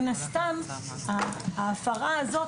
מן הסתם ההפרה הזאת,